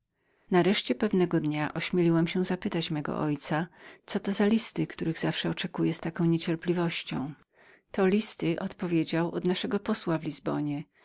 nareszcie pewnego dnia ośmieliłam się zapytać mego ojca co to był za list którego zawsze oczekiwał z taką niecierpliwością ten list odpowiedział jest od naszego posła w